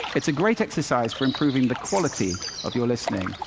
it's a great exercise for improving the quality of your listening.